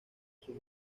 sus